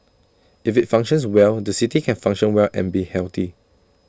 if IT functions well the city can function well and be healthy